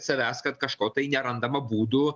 savęs kad kažko tai nerandama būdų